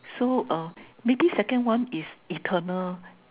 so uh maybe second one is eternal